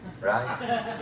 right